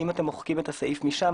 אם אתם מוחקים את הסעיף משם,